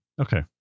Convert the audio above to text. Okay